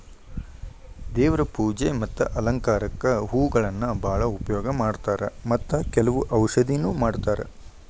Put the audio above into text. ದೇವ್ರ ಪೂಜೆ ಮತ್ತ ಅಲಂಕಾರಕ್ಕಾಗಿ ಹೂಗಳನ್ನಾ ಬಾಳ ಉಪಯೋಗ ಮಾಡತಾರ ಮತ್ತ ಕೆಲ್ವ ಔಷಧನು ಮಾಡತಾರ